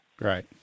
Right